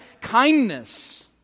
Kindness